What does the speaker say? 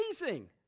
amazing